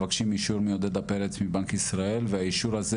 מקבלים אישור מעודדה פרץ מבנק ישראל והאישור הזה,